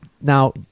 now